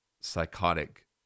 psychotic